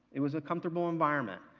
it was a comfortable environment.